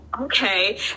Okay